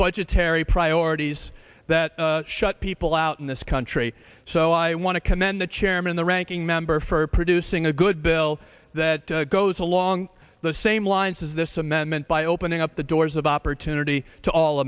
budgetary priorities that shut people out in this country so i want to commend the chairman the ranking member for producing a good bill that goes along the same lines as this amendment by opening up the doors of opportunity to all